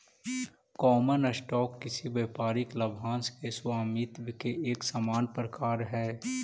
common stock किसी व्यापारिक लाभांश के स्वामित्व के एक सामान्य प्रकार हइ